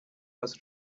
was